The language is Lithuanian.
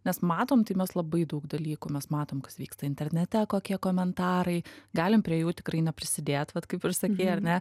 nes matom tai mes labai daug dalykų mes matom kas vyksta internete kokie komentarai galim prie jų tikrai neprisidėt vat kaip ir sakei ar ne